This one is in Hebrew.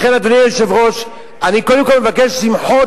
לכן, אדוני היושב-ראש, אני קודם כול מבקש למחות